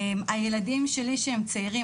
הילדים שלי שהם צעירים,